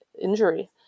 injury